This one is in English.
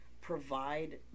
provide